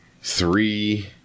three